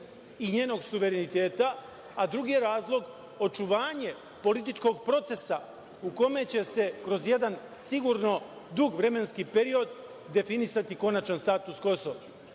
i njenog suvereniteta, a drugi je razlog očuvanje političkog procesa u kome će se kroz jedan sigurno dug vremenski period definisati konačan status Kosova.